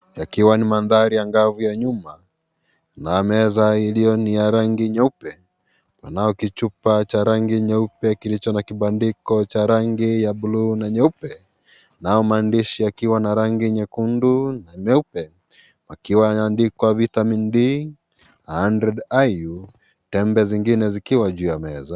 Yakiwa mandhari anagu ya nyuma, na meza iliyo ni rangi nyeupe. Panapo chupa cha rangi nyeupe kilicho na kibandiko cha rangi ya buluu na nyeupe nayo maandishi yakiwa na rangi nyekundu na meupe yakiwa yameandikwa Vitamin D 100 IU tembe zingine zikiwa juu ya meza.